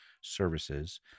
services